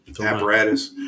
apparatus